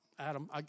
Adam